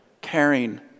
caring